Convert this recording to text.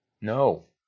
No